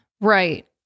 Right